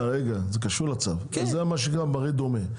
קשור לצו, זה גם מראה דומה,